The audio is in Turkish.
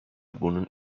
bunun